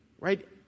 Right